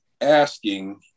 asking